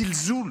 הזלזול,